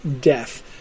death